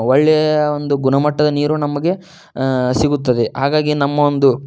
ಒಳ್ಳೆಯ ಒಂದು ಗುಣಮಟ್ಟದ ನೀರು ನಮಗೆ ಸಿಗುತ್ತದೆ ಹಾಗಾಗಿ ನಮ್ಮ ಒಂದು